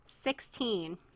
Sixteen